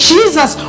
Jesus